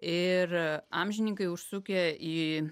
ir amžininkai užsukę į